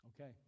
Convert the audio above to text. Okay